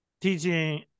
teaching